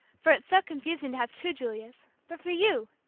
for it's so confusing to have two julias, but for you!